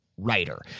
writer